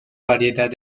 variedad